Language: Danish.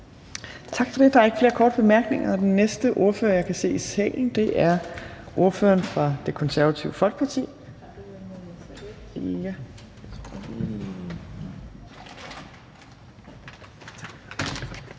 Tak for det. Der er ikke flere korte bemærkninger. Den næste ordfører, jeg kan se i salen, er ordføreren for Det Konservative Folkeparti,